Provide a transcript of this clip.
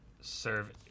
Serve